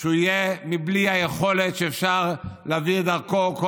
שהוא יהיה בלי היכולת שאפשר להעביר דרכו כל